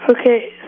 Okay